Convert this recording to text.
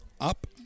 up